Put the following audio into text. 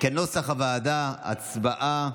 כנוסח הוועדה, הצבעה.